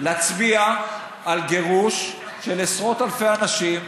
להצביע על גירוש עשרות אלפי אנשים,